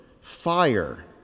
fire